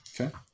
Okay